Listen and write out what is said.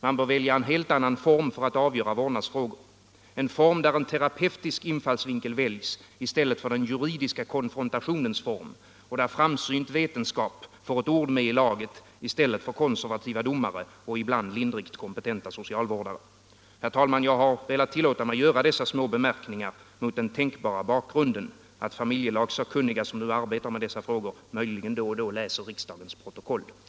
Man bör välja en helt annan form för att avgöra vårdnadsfrågor, en form där en terapeutisk infallsvinkel väljs i stället för den juridiska konfrontationens form och där framsynt vetenskap får ett ord med i laget i stället för konservativa domare och ibland lindrigt kompetenta socialvårdare. Herr talman! Jag har velat göra dessa små bemärkningar mot den tänkbara bakgrunden att familjelagssakkunniga som nu arbetar med dessa frågor möjligen då och då läser riksdagens protokoll.